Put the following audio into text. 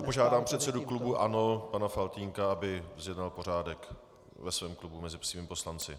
Požádám předsedu klubu ANO pana Faltýnka, aby zjednal pořádek ve svém klubu mezi svými poslanci.